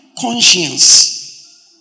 conscience